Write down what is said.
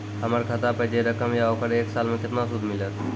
हमर खाता पे जे रकम या ओकर एक साल मे केतना सूद मिलत?